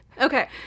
Okay